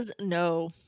No